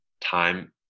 Time